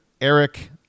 Eric